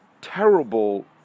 terrible